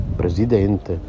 presidente